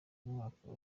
umwaka